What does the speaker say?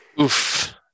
Oof